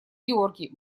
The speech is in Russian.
георгий